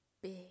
big